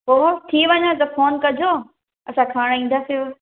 पोइ हो थी वञे न त फोन कजो असां खणण ईंदासूंव